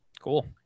Cool